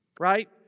right